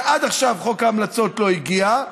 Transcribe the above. עד עכשיו חוק ההמלצות לא הגיע,